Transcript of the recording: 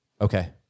Okay